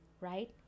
right